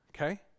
Okay